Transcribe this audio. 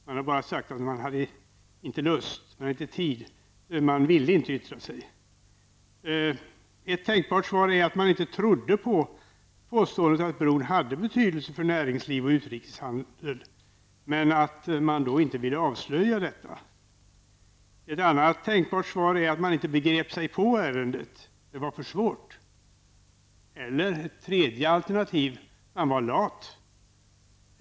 Man har bara sagt att man inte hade lust, att man inte hade tid, att man inte ville yttra sig. Ett tänkbart svar är att man inte trodde på påståendet att bron hade betydelse för näringsliv och utrikeshandel men att man inte ville avslöja detta. Ett annat tänkbart svar är att man inte begrep sig på ärendet. Det var för svårt. Ett tredje alternativ: Man var lat.